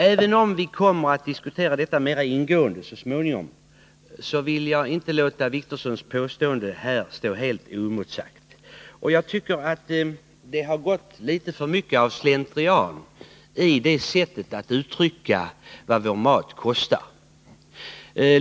Även om vi kommer att diskutera detta mera ingående så småningom vill jag inte låta Åke Wictorssons påstående här stå helt oemotsagt. Jag tycker att det har gått litet för mycket av slentrian i uttrycken för vad vår mat kostar.